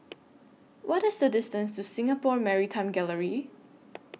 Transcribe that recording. What IS The distance to Singapore Maritime Gallery